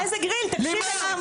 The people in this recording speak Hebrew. לימור,